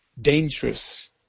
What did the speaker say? dangerous